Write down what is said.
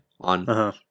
on